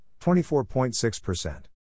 24.6%